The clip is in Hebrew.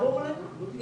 שברירת המחדל